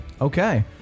Okay